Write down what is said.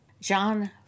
John